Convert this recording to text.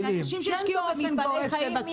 זה אנשים שהשקיעו במפעלי חיים,